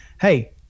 hey